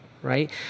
right